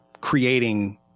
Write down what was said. creating